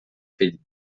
fill